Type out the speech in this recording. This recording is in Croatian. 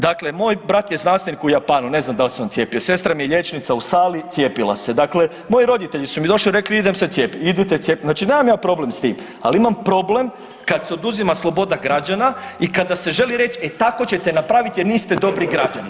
Dakle, moj brat je znanstvenik u Japanu, ne znam dal se on cijepio, sestra mi je liječnica u Sali, cijepila se, dakle moji roditelji su mi došli i rekli idem se cijepit, idite, znači ja nemam problem s tim, al imam problem kad se oduzima sloboda građana i kada se želi reć e tako ćete napravit jer niste dobri građani.